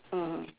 mm